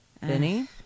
Benny